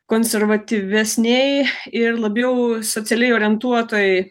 konservatyvesnėj ir labiau socialiai orientuotoj